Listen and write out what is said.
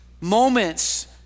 moments